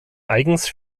eigens